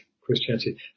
christianity